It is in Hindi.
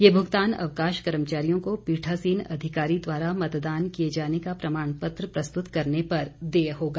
ये भुगतान अवकाश कर्मचारियों को पीठासीन अधिकारी द्वारा मतदान किए जाने का प्रमाणपत्र प्रस्तुत करने पर देय होगा